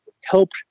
helped